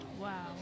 Wow